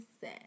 say